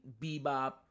Bebop